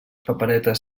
paperetes